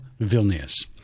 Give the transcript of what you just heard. Vilnius